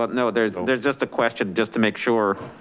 but no, there's there's just a question just to make sure